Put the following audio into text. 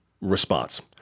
response